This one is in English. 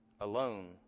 alone